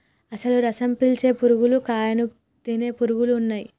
అసలు రసం పీల్చే పురుగులు కాయను తినే పురుగులు ఉన్నయ్యి